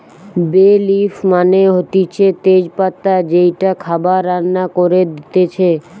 বে লিফ মানে হতিছে তেজ পাতা যেইটা খাবার রান্না করে দিতেছে